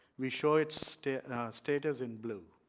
we show its status in blue.